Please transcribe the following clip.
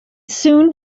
soon